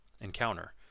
encounter